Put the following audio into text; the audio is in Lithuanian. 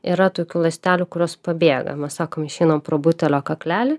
yra tokių ląstelių kurios pabėga mes sakom išeinam pro butelio kaklelį